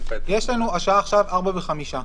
השעה עכשיו ארבע וחמישה.